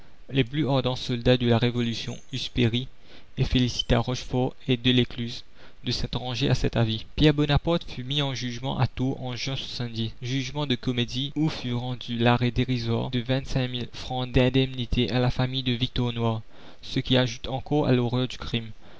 les plus ardents soldats de la révolution eussent péri et félicita rochefort et delescluze de s'être rangés à cet avis pierre bonaparte fut mis en jugement à tour sa jugement de comédie où fut rendu l'arrêt dérisoire de vingt-cinq mille francs d'indemnité à la famille de victor noir ce qui ajoute encore à l'horreur du crime